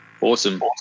Awesome